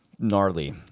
Gnarly